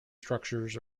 structures